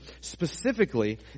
specifically